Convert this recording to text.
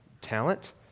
talent